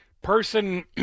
person